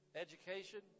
education